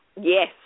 Yes